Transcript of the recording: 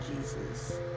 Jesus